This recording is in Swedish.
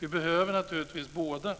Vi behöver naturligtvis båda. Men